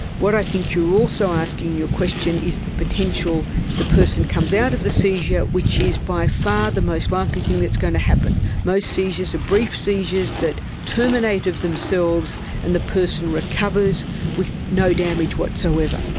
what i think you're also asking in your question is the potential the person comes out of the seizure, which is by far the most likely thing that's going to happen. most seizures are brief seizures that terminate of themselves and the person recovers with no damage whatsoever.